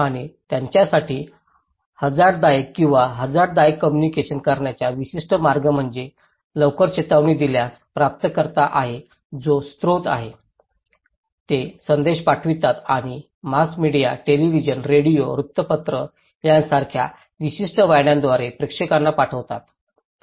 आणि त्यांच्यासाठी हझार्डदायक किंवा हझार्डदायक कोम्मुनिकेशन करण्याचा विशिष्ट मार्ग म्हणजे लवकर चेतावणी दिल्यास प्राप्तकर्ता आहे जो स्रोत आहे ते संदेश पाठवतात आणि मास मीडिया टेलिव्हिजन रेडिओ वृत्तपत्र यासारख्या विशिष्ट वाहिन्यांद्वारे प्रेक्षकांना पाठवतात